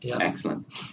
Excellent